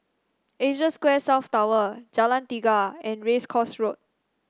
Asia Square South Tower Jalan Tiga and Race Course Road